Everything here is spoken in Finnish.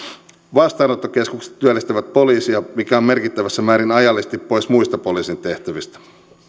vastaanottokeskukset työllistävät poliisia mikä on merkittävässä määrin ajallisesti pois muista poliisin tehtävistä